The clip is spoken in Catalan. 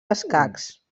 escacs